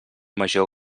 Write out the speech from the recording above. major